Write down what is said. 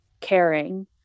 caring